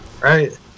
Right